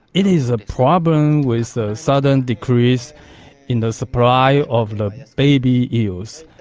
it is a problem with the sudden decrease in the supply of the baby eels.